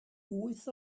wyth